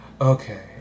Okay